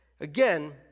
Again